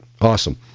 Awesome